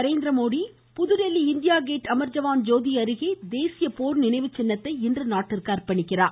Narendra Modi Pudhu Dilli India Gate Amar Jawan Jyoti அருகே தேசிய போர் நினைவுச் சின்னத்தை இன்று நாட்டிற்கு அர்ப்பணிக்கிறார்